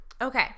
Okay